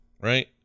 right